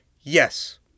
Yes